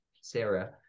sarah